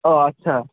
ও আচ্ছা